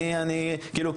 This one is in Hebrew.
כלומר,